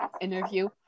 interview